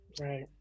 Right